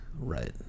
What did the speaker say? right